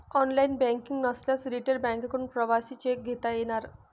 online banking नसल्यास retail बँकांकडून प्रवासी चेक घेता येणार